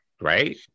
right